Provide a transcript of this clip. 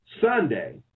Sunday